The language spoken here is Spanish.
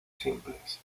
simples